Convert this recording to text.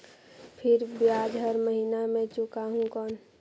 फिर ब्याज हर महीना मे चुकाहू कौन?